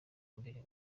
mbere